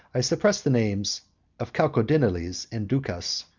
i suppress the names of chalcondyles and ducas,